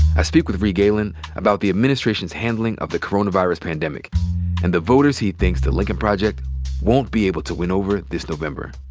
i speak with reed galen about the administration's handling of the coronavirus pandemic and the voters he thinks the lincoln project won't be able to win over this november.